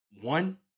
one